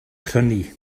crynu